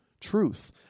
truth